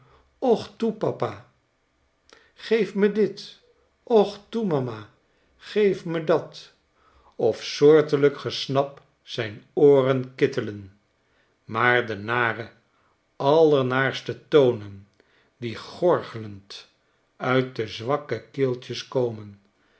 toe papa geef me dit och toe mama geef me dat of soortgelijk gesnap zijn ooren kittelen maar de nare allernaarste tonen die gorgelend uit de zwakke keeltjes komen